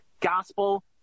gospel